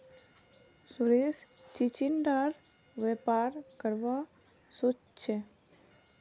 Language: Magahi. सुरेश चिचिण्डार व्यापार करवा सोच छ